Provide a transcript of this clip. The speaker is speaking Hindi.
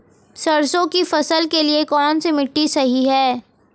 सरसों की फसल के लिए कौनसी मिट्टी सही हैं?